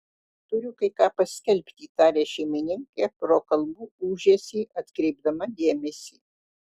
turiu kai ką paskelbti tarė šeimininkė pro kalbų ūžesį atkreipdama dėmesį